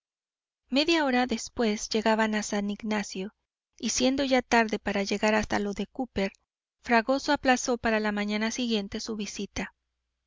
media hora después llegaban a san ignacio y siendo ya tarde para llegar hasta lo de cooper fragoso aplazó para la mañana siguiente su visita